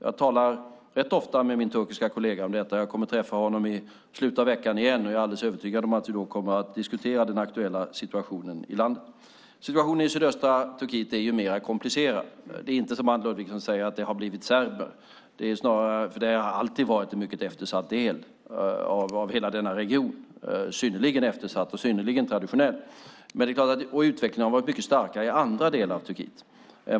Jag talar rätt ofta med min turkiska kollega om detta. Jag kommer att träffa honom i slutet av veckan. Jag är övertygad om att vi då kommer att diskutera den aktuella situationen i landet. Situationen i sydöstra Turkiet är mer komplicerad. Det har inte blivit sämre, som Anne Ludvigsson säger. Det har alltid varit en synnerligen eftersatt och synnerligen traditionell del av denna region. Utvecklingen har varit mycket starkare i andra delar av Turkiet.